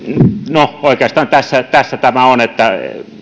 no oikeastaan tässä tässä tämä on että